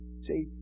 See